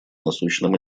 насущным